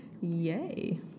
Yay